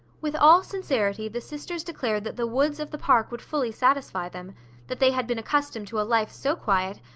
with all sincerity, the sisters declared that the woods of the park would fully satisfy them that they had been accustomed to a life so quiet,